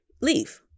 Leave